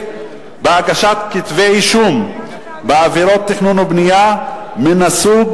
בהגשת כתבי אישום בעבירות תכנון ובנייה מן הסוג